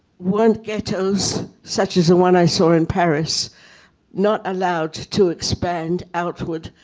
weren't ghettos such as the one i saw in paris not allowed to expand outward,